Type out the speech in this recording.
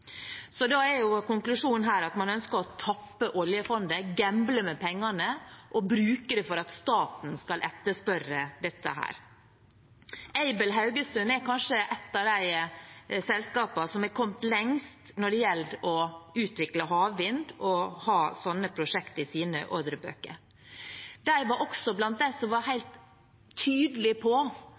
Da er konklusjonen her at man ønsker å tappe oljefondet, gamble med pengene, og bruke dem for at staten skal etterspørre dette. Aibel Haugesund er kanskje ett av de selskapene som har kommet lengst når det gjelder å utvikle havvind og ha slike prosjekter i sine ordrebøker. De var også blant dem som var helt tydelig på